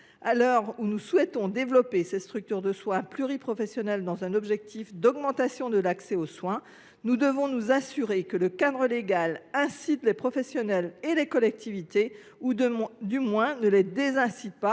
À l’heure où nous souhaitons développer ces structures de soins pluriprofessionnelles dans un objectif d’amélioration de l’accès aux soins, nous devons nous assurer que le cadre légal incite les professionnels et les collectivités à participer à ce développement,